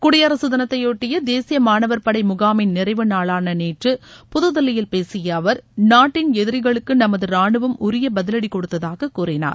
குடியரசு தினத்தையொட்டிய தேசிய மாணவர் படை முகாமின் நிறைவு நாளான நேற்று புதுதில்லியில் பேசிய அவர் நாட்டின் எதிரிகளுக்கு நமது ராணுவம் உரிய பதிவடி கொடுத்ததாக கூறினார்